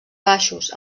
baixos